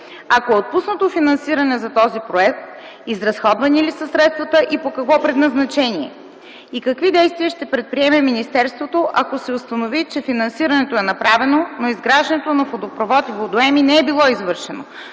Ако е отпуснато финансиране за този проект, изразходвани ли са средствата и по какво предназначение? Какви действия ще предприеме министерството ако се установи, че финансирането е направено, но изграждането на водопровод и водоеми не е било извършено?